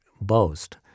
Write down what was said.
boast